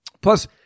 Plus